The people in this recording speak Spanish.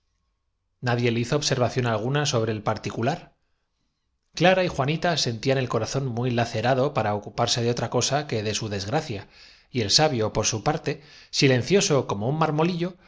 le hizo observación alguna sobre el particular taba y del que tomó copia el príncipe tchao para cons clara y juanita sentían el corazón muy lacerado para truir el suyo en yé un siglo más tarde era de una ocuparse de otra cosa que de su desgracia y el sabio suntuosidad indescriptible en sus muros no se veía por su parte silencioso como un marmolillo